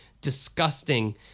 disgusting